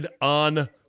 on